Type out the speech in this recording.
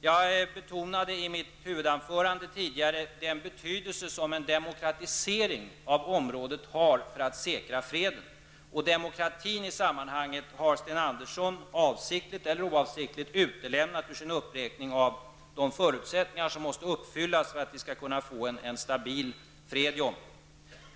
Jag betonade tidigare i mitt huvudanförande den betydelse som en demokratisering i området har för att säkra freden. Sten Andersson har i sammanhanget avsiktligt eller oavsiktligt utelämnat demokrati i sin uppräkning av de förutsättningar som måste uppfyllas för att vi skall kunna få en stabil fred i området.